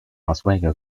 oswego